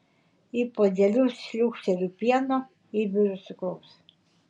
į puodelius šliūkšteliu pieno įberiu cukraus